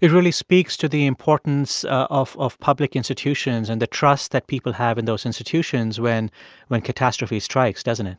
it really speaks to the importance of of public institutions and the trust that people have in those institutions when when catastrophe strikes, doesn't it?